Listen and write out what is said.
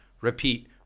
repeat